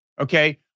okay